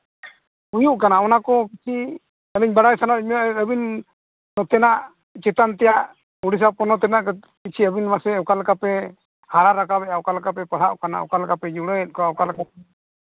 ᱦᱩᱭᱩᱜ ᱠᱟᱱᱟ ᱚᱱᱟ ᱠᱚ ᱠᱤ ᱟᱹᱞᱤᱧ ᱵᱟᱲᱟᱭ ᱥᱟᱱᱟᱭᱮᱫ ᱞᱤᱧᱟ ᱟᱹᱵᱤᱱ ᱱᱚᱛᱮᱱᱟᱜ ᱪᱮᱛᱟᱱ ᱛᱮᱭᱟᱜ ᱩᱲᱤᱥᱥᱟ ᱯᱚᱱᱚᱛ ᱨᱮᱭᱟᱜ ᱠᱤᱪᱷᱩ ᱟᱹᱵᱤᱱ ᱢᱟᱥᱮ ᱚᱠᱟ ᱞᱮᱠᱟᱯᱮ ᱦᱟᱨᱟ ᱨᱟᱠᱟᱵᱮᱜᱼᱟ ᱚᱠᱟ ᱞᱮᱠᱟᱯᱮ ᱯᱟᱲᱦᱟᱜ ᱠᱟᱱᱟ ᱚᱠᱟ ᱞᱮᱠᱟ ᱯᱮ ᱡᱩᱲᱟᱹᱣᱮᱜ ᱠᱚᱣᱟ ᱚᱠᱟ ᱞᱮᱠᱟ ᱯᱮ